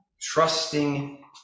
Trusting